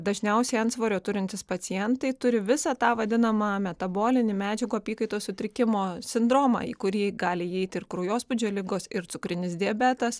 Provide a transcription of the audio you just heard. dažniausiai antsvorio turintys pacientai turi visą tą vadinamą metabolinį medžiagų apykaitos sutrikimo sindromą į kurį gali įeiti ir kraujospūdžio ligos ir cukrinis diabetas